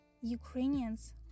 Ukrainians